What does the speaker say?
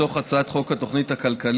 מתוך הצעת חוק התוכנית הכלכלית,